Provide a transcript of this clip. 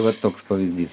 va toks pavyzdys